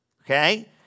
Okay